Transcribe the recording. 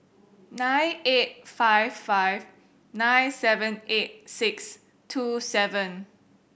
nine eight five five nine seven eight six two seven